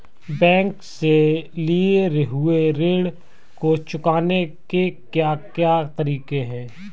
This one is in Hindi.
बैंक से लिए हुए ऋण को चुकाने के क्या क्या तरीके हैं?